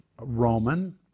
Roman